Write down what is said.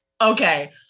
Okay